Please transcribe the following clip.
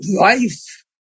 life